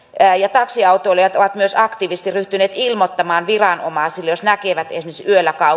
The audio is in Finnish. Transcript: taksiautoilijat ovat myös aktiivisesti ryhtyneet ilmoittamaan viranomaisille jos näkevät esimerkiksi yöllä